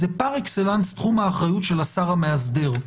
זה פר אקסלנס תחום האחריות של השר המאסדר.